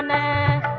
ah a